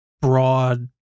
broad